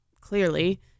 clearly